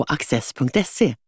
Access.se